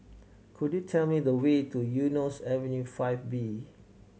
could you tell me the way to Eunos Avenue Five B